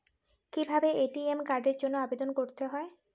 কিভাবে এ.টি.এম কার্ডের জন্য আবেদন করতে হয়?